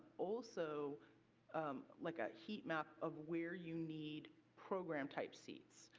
also like a heat map of where you need program type seats.